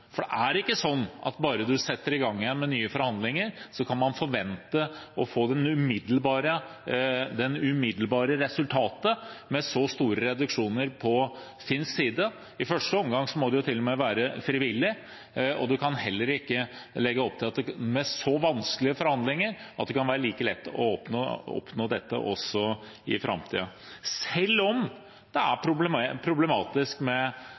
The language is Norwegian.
Det er ikke sånn at bare man setter i gang igjen med nye forhandlinger, kan man forvente å få det umiddelbare resultatet, med så store reduksjoner på finsk side. I første omgang må det jo til og med være frivillig. Man kan heller ikke, med så vanskelige forhandlinger, legge opp til at det kan være like lett å oppnå dette også i framtiden – selv om det er problematisk med